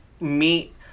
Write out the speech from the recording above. meet